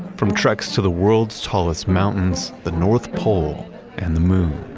from treks to the world's tallest mountains, the north pole and the moon.